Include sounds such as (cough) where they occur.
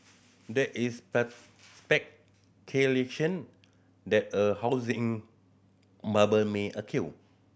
there is (unintelligible) speculation that a housing bubble may occur